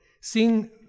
seeing